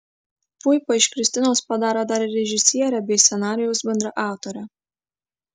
puipa iš kristinos padaro dar ir režisierę bei scenarijaus bendraautorę